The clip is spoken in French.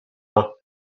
pins